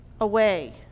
away